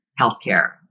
healthcare